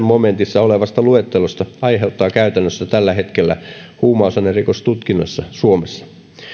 momentissa olevasta luettelosta aiheuttaa käytännössä tällä hetkellä huumausainerikostutkinnassa suomessa